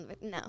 No